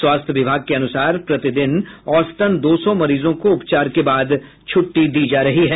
स्वास्थ्य विभाग के अनुसार प्रतिदिन औसतन दो सौ मरीजों को उपचार के बाद छुट्टी दी जा रही है